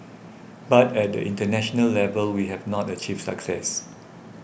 but at the international level we have not achieved success